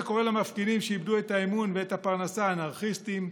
שקורא למפגינים שאיבדו את האמון ואת הפרנסה "אנרכיסטים"